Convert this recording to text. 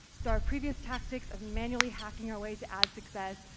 so our previous tactics of manually hacking our way to ad success,